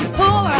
poor